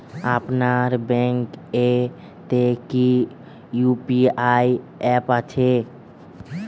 আপনার ব্যাঙ্ক এ তে কি ইউ.পি.আই অ্যাপ আছে?